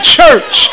church